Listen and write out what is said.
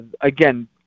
again